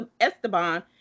Esteban